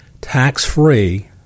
tax-free